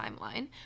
timeline